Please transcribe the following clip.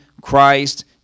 Christ